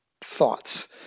thoughts